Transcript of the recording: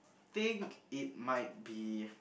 think it might be